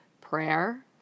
prayer